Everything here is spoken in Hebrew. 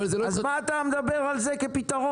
אז מה אתה מדבר על זה כפתרון?